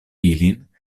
ilin